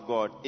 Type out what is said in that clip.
God